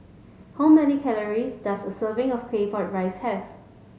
how many calories does a serving of claypot rice have